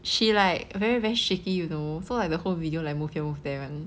she like very very shaky you know so like the whole video like move here move there one